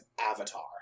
avatar